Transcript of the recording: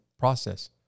process